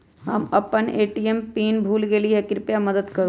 हम अपन ATM PIN भूल गेली ह, कृपया मदत करू